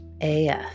af